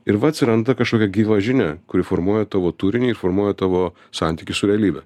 ir va atsiranda kažkokia gyva žinia kuri formuoja tavo turinį ir formuoja tavo santykį su realybe